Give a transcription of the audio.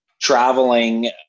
Traveling